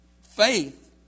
faith